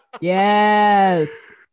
yes